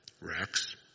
Rex